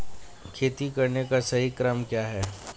खेती करने का सही क्रम क्या है?